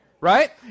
Right